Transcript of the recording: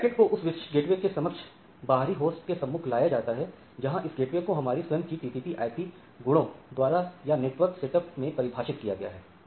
तो पैकेट को उस विशिष्ट गेटवे के समक्ष बाहरी होस्ट के सम्मुख ले जाया जाता है जहां इस गेटवे को हमारे स्वयं की टीसीपी आईपी गुणों TCPIP Properties द्वारा या नेटवर्क सेटअप में परिभाषित किया गया है